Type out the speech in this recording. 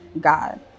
God